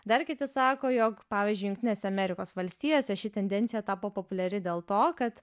dar kiti sako jog pavyzdžiui jungtinėse amerikos valstijose ši tendencija tapo populiari dėl to kad